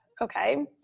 Okay